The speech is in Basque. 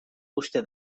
uste